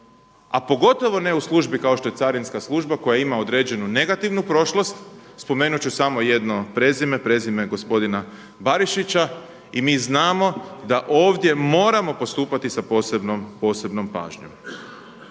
a pogotovo ne u službi kao što je carinska služba koja ima određenu negativnu prošlost. Spomenut ću samo jedno prezime, prezime gospodina Barišića. I mi znamo da ovdje moramo postupati s posebnom pažnjom.